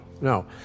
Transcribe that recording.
no